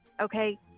Okay